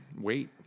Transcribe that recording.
wait